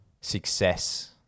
success